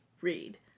read